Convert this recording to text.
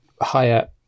higher